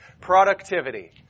productivity